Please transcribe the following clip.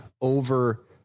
over